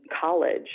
college